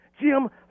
Jim